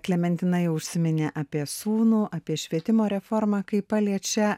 klementina jau užsiminė apie sūnų apie švietimo reformą kaip paliečia